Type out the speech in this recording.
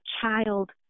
child